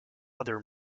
other